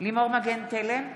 לימור מגן תלם,